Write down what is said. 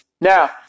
Now